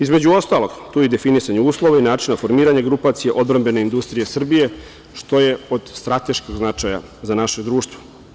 Između ostalog, tu je i definisan uslov i način formiranja grupacija odbrambene industrije Srbije, što je od strateškog značaja za naše društvo.